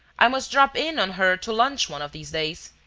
i must drop in on her to lunch one of these days.